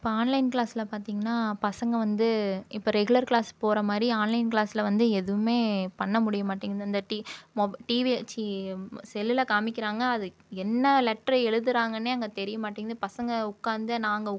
இப்போ ஆன்லைன் க்ளாஸ்ல பார்த்திங்கன்னா பசங்கள் வந்து இப்போ ரெகுலர் க்ளாஸ்க்கு போகிற மாதிரி ஆன்லைன் க்ளாஸ்ல வந்து எதுவுமே பண்ண முடிய மாட்டேங்கிது அந்த டி மொப் டிவிய ச்சி செல்லில் காமிக்கிறாங்க அது என்னா லெட்டரு எழுதுறாங்கன்னே அங்கே தெரிய மாட்டேங்கிது பசங்கள் உட்காந்து நான் அங்கே உக்